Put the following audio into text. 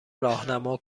راهنما